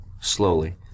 slowly